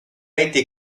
été